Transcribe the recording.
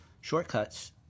shortcuts